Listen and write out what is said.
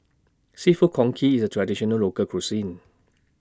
Seafood Congee IS A Traditional Local Cuisine